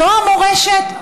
זו המורשת?